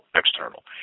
external